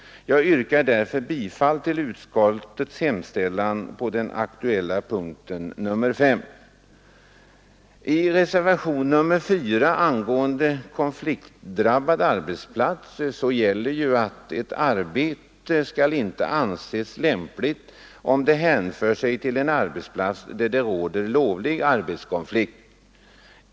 Jag yrkar därför bifall till utskottets hemställan på den aktuella punkten uns, - I reservationen 4 angående konfliktdrabbade arbetsplatser gäller att ett arbete inte skall anses lämpligt om det hänför sig till en arbetsplats där det råder lovlig arbetskonflikt.